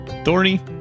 Thorny